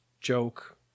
joke